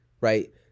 right